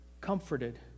comforted